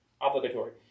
Obligatory